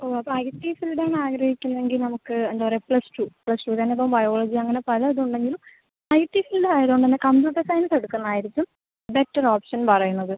ഓ അപ്പൊൾ ഐറ്റി ഫീൽഡാണ് ആഗ്രഹിക്കുന്നതെങ്കിൽ നമുക്ക് എന്താ പറയ്ക പ്ലസ്ടൂ പ്ലസ്ടൂലാണേയിപ്പോൾ ബയോളജി അങ്ങനെ പല ഇതൊണ്ടെങ്കിലും ഐ ടി ഫീൽഡ് ആയതുകൊണ്ട് തന്നെ കമ്പ്യൂട്ടർ സയൻസ് എടുക്കണതാരിക്കും ബെറ്റർ ഓപ്ഷൻ പറയുന്നത്